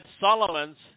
Solomon's